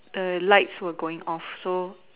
err lights were going off so